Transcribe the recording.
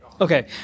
Okay